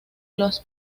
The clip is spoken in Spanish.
los